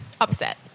Upset